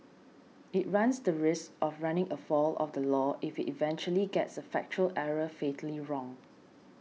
it runs the risk of running afoul of the law if it eventually gets a factual error fatally wrong